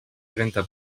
trenta